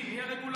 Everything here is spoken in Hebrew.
מי הרגולטור?